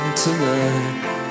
tonight